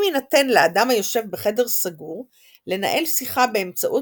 אם יינתן לאדם היושב בחדר סגור לנהל שיחה באמצעות